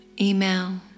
email